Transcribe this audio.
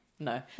No